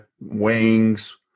Wings